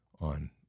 on